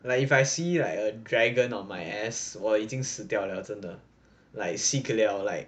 like if I see like a dragon on my ass 我已经死掉了真的 like si ge liao